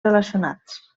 relacionats